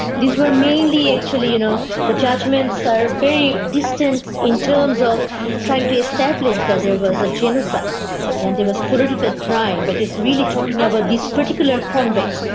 these were mainly actually, you know, the judgements are very distant in terms of trying to establish that there was a genocide and there was political crime, but it is really talking about these particular convicts.